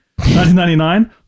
1999